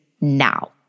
now